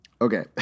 Okay